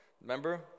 Remember